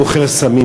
מוכר סמים,